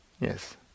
Yes